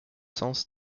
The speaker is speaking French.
sens